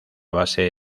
base